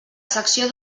secció